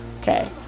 Okay